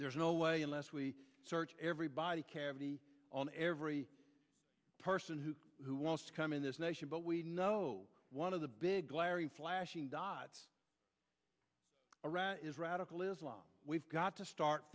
there's no way unless we search every body cavity on every person who who wants to come in this nation but we know one of the big glaring flashing dots red is radical islam we've got to start